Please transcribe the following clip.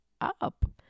up